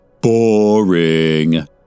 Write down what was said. boring